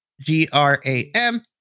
G-R-A-M